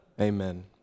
Amen